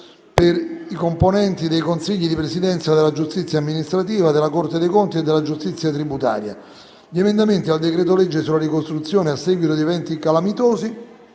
per i componenti dei consigli di presidenza della giustizia amministrativa, della Corte dei conti e della giustizia tributaria. Gli emendamenti al decreto-legge sulla ricostruzione a seguito di eventi calamitosi